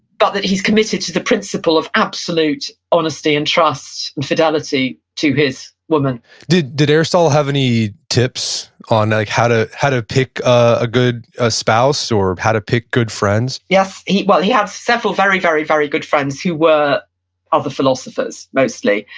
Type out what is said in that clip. but that he's committed to the principle of absolute honesty, and trust, and fidelity to his woman did did aristotle have any tips on like how to how to pick a good ah spouse, or how to pick good friends? yes. well, he had several very, very, very good friends who were other philosophers mostly,